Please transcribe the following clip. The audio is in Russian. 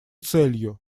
целью